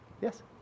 Yes